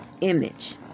image